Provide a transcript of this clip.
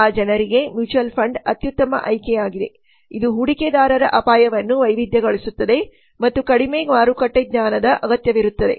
ಆ ಜನರಿಗೆ mutual fund ಅತ್ಯುತ್ತಮ ಆಯ್ಕೆಯಾಗಿದೆ ಇದು ಹೂಡಿಕೆದಾರರ ಅಪಾಯವನ್ನು ವೈವಿಧ್ಯಗೊಳಿಸುತ್ತದೆ ಮತ್ತು ಕಡಿಮೆ ಮಾರುಕಟ್ಟೆ ಜ್ಞಾನದ ಅಗತ್ಯವಿರುತ್ತದೆ